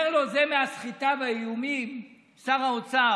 אומר לו זה מהסחיטה והאיומים שר האוצר,